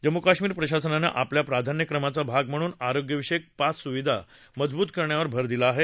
जम्मू काश्मीर प्रशासनानं आपल्या प्राधान्यक्रमाचा भाग म्हणून आरोग्य विषयक पाय सुविधा मजबूत करण्यावर भर दिला आहे